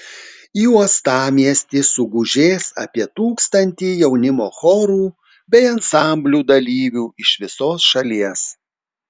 į uostamiestį sugužės apie tūkstantį jaunimo chorų bei ansamblių dalyvių iš visos šalies